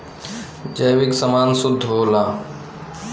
जैविक समान शुद्ध होला